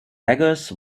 beggars